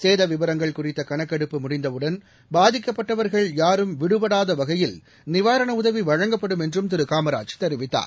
சேத விவரங்கள் குறித்த கணக்கெடுப்பு முடிந்தவுடன் பாதிக்கப்பட்டவர்கள் யாரும் விடுபடாத வகையில் நிவாரண உதவி வழங்கப்படும் என்றும் திரு காமராஜ் தெரிவித்தார்